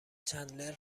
چندلر